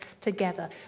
together